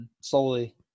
Slowly